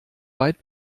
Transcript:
weit